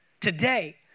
Today